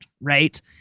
right